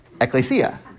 Ecclesia